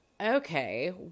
okay